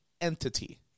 entity